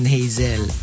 Hazel